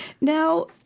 Now